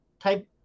type